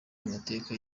amateka